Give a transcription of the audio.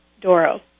Doro